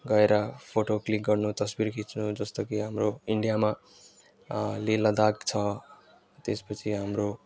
गएर photo click गर्नु तस्बिर खिच्नु जस्तो कि हाम्रो इन्डियामा लेह लद्दाख छ त्यसपछि हाम्रो